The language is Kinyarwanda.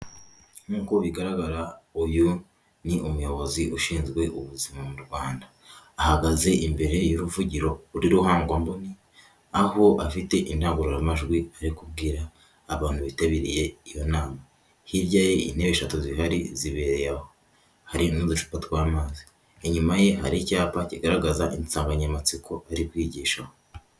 Nk'uko bigaragara uyu ni umuyobozi ushinzwe ubuzima mu Rwanda, ahagaze imbere y'uruvugiro kuri ruhangwamboni aho afite indangururamajwi yo kubwira abantu bitabiriye iyo nama, hirya ye intebe eshatu zihari zibereye aho, hari n'uducupa tw'amazi, inyuma ye hari icyapa kigaragaza insanganyamatsiko ari kwigishaho.